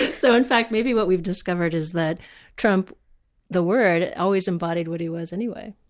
so in fact maybe what we've discovered is that trump the word always embodied what he was anyway.